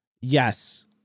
Yes